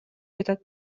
жатат